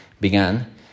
began